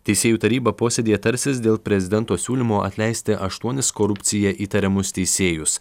teisėjų taryba posėdyje tarsis dėl prezidento siūlymo atleisti aštuonis korupcija įtariamus teisėjus